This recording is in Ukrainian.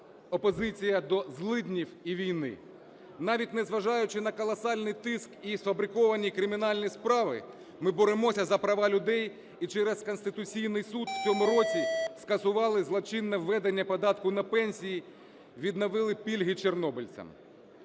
опозиція до злиднів і війни. Навіть незважаючи на колосальний тиск і сфабриковані кримінальні справи, ми боремося за права людей і через Конституційний Суд в цьому році скасували злочинне введення податку на пенсії, відновили пільги чорнобильцям,